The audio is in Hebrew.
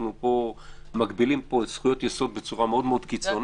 אנחנו מגבילים פה זכויות יסוד בצורה מאוד-מאוד קיצונית.